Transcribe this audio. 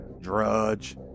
Drudge